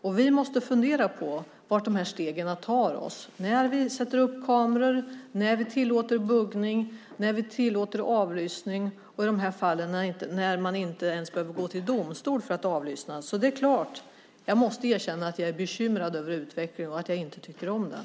Och vi måste fundera på vart dessa steg tar oss när vi sätter upp kameror, när vi tillåter buggning, när vi tillåter avlyssning och i dessa fall när man inte ens behöver gå till domstol för att avlyssna. Jag måste därför erkänna att jag är bekymrad över utvecklingen och att jag inte tycker om den.